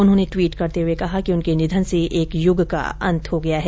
उन्होंने ट्वीट करते हुए कहा कि उनके निधन से एक युग का अंत हो गया है